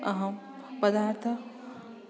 अहं पदार्थं